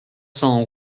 cents